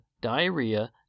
diarrhea